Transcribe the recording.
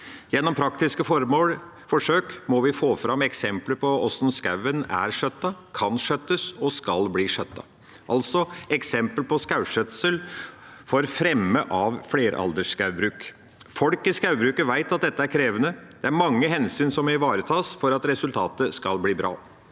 Gjennom praktiske forsøk må vi få fram eksempler på hvordan skogen er skjøttet, kan skjøttes og skal bli skjøttet – altså eksempler på skogskjøtsel for fremme av fleralderskogbruk. Folk i skogbruket vet at dette er krevende. Det er mange hensyn som må ivaretas for at resultatet skal bli bra.